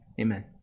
Amen